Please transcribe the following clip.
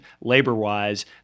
labor-wise